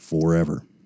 Forever